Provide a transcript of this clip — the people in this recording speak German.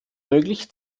möglich